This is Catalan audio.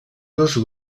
dos